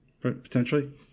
potentially